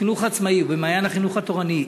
בחינוך העצמאי או ב"מעיין החינוך התורני",